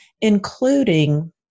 including